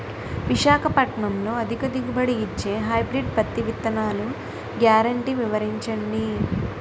విశాఖపట్నంలో అధిక దిగుబడి ఇచ్చే హైబ్రిడ్ పత్తి విత్తనాలు గ్యారంటీ వివరించండి?